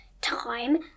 time